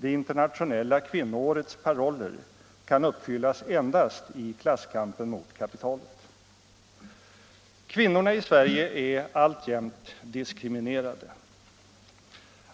Det internationella kvinnoårets paroller kan uppfyllas endast i klasskampen mot kapitalet. Kvinnorna i Sverige är alltjämt diskriminerade.